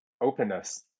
openness